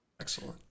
Excellent